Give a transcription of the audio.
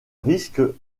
risque